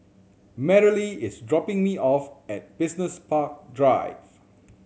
Merrily is dropping me off at Business Park Drive